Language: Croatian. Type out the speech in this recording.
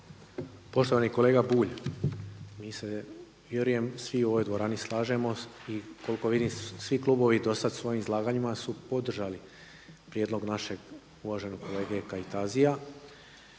Poštovani kolega Bulj, mi se vjerujem svi u ovoj dvorani slažemo i koliko vidim svi klubovi do sada svojim izlaganjima su podržali prijedlog našeg uvaženog kolege Kajtazija